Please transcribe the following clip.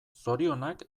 zorionak